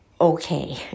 okay